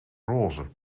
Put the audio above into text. roze